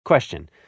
Question